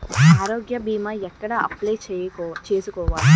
ఆరోగ్య భీమా ఎక్కడ అప్లయ్ చేసుకోవాలి?